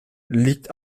liegt